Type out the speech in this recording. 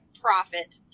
profit